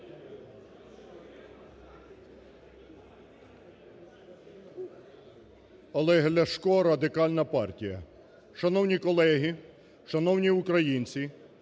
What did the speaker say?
Олег Ляшко, Радикальна партія. Шановні колеги! Шановні українці!